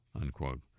Unquote